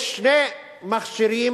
יש שני מכשירים,